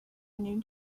new